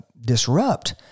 disrupt